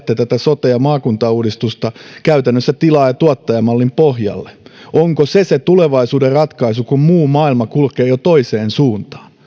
te ajatte tätä sote ja maakuntauudistusta käytännössä tilaaja tuottaja mallin pohjalle onko se se tulevaisuuden ratkaisu kun muu maailma kulkee jo toiseen suuntaan